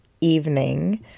evening